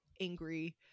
angry